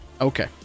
okay